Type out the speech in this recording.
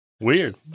Weird